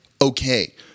okay